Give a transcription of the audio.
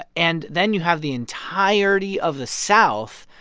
ah and then you have the entirety of the south,